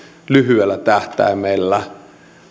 lyhyellä tähtäimellä